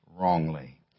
wrongly